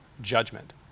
judgment